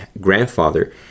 grandfather